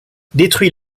détruit